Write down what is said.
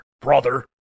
brother